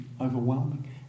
overwhelming